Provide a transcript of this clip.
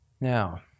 Now